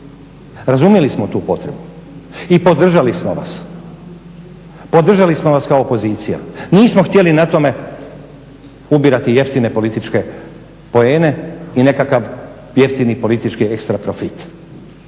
razumjeli smo tu potrebu i podržali smo vas, podržali smo vas kao pozicija. Nismo htjeli na tome ubirati jeftine političke poene i nekakav jeftini politički ekstra profit.